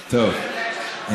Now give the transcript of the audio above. טוב,